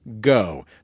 Go